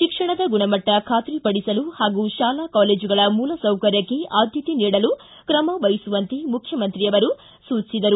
ಶಿಕ್ಷಣದ ಗುಣಮಟ್ಟ ಖಾತರಿ ಪಡಿಸಲು ಹಾಗೂ ಶಾಲಾ ಕಾಲೇಜುಗಳ ಮೂಲಸೌಕರ್ಯಕ್ಕೆ ಆದ್ಯಕೆ ನೀಡಲು ಕ್ರಮ ಮಹಿಸುವಂತೆ ಮುಖ್ಯಮಂತ್ರಿಯವರು ಸೂಚಿಸಿದರು